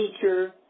teacher